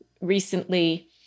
recently